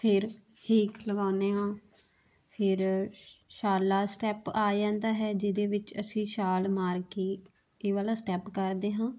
ਫਿਰ ਹੇਕ ਲਗਾਉਂਦੇ ਹਾਂ ਫਿਰ ਛਾਲਾਂ ਸਟੈਪ ਆ ਜਾਂਦਾ ਹੈ ਜਿਹਦੇ ਵਿੱਚ ਅਸੀਂ ਛਾਲ ਮਾਰ ਕੇ ਇਹ ਵਾਲਾ ਸਟੈਪ ਕਰਦੇ ਹਾਂ